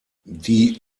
die